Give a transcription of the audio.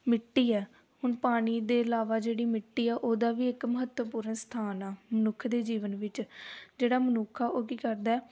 ਮਿੱਟੀ ਹੈ ਹੁਣ ਪਾਣੀ ਦੇ ਇਲਾਵਾ ਜਿਹੜੀ ਮਿੱਟੀ ਹੈ ਉਹਦਾ ਵੀ ਇੱਕ ਮਹੱਤਵਪੂਰਨ ਸਥਾਨ ਆ ਮਨੁੱਖ ਦੇ ਜੀਵਨ ਵਿੱਚ ਜਿਹੜਾ ਮਨੁੱਖ ਆ ਉਹ ਕੀ ਕਰਦਾ